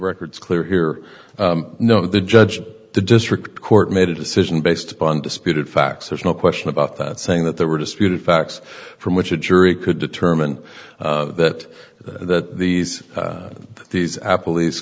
records clear here no the judge the district court made a decision based upon disputed facts there's no question about that saying that there were disputed facts from which a jury could determine that that these these apple